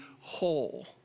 whole